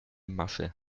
masche